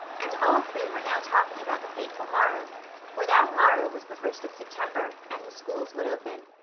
and all three were now talking about the fateful morrow for that morrow was the first of september and the schools would open.